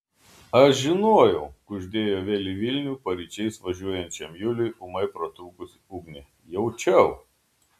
aš žinojau kuždėjo vėl į vilnių paryčiais važiuojančiam juliui ūmai pratrūkusi ugnė jaučiau